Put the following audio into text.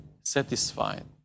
satisfied